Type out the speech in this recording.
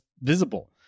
visible